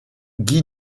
guy